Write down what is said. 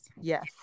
Yes